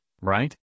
right